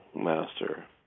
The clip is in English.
Master